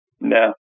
No